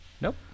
nope